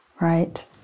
right